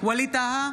ווליד טאהא,